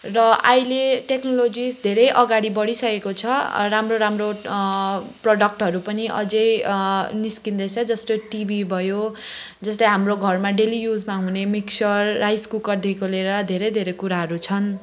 र अहिले टेक्नोलोजिज धेरै अगाडि बढिसकेको छ राम्रो राम्रो प्रडक्टहरू पनि अझै निस्किँदैछ जस्तै टिभी भयो जस्तै हाम्रो घरमा डेली युजमा हुने मिक्सर राइस कुकरदेखिको लिएर धेरै धेरै कुराहरू छन्